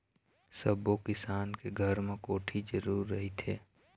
सब्बो किसान के घर म कोठी जरूर रहिथे